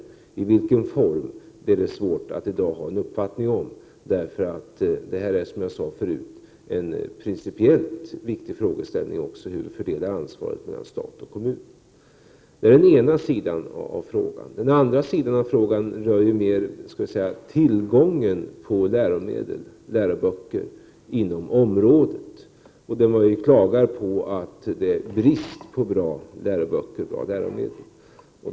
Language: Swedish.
Av vilken form är det svårt att ha någon uppfattning om i dag, därför att det är, som jag sade förut, också en principiellt viktig fråga hur man fördelar ansvaret mellan stat och kommun. Det är den ena sidan av frågan. Den andra sidan av frågan rör mera tillgången på läromedel och läroböcker inom området. Man klagar på bristen på bra läromedel.